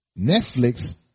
Netflix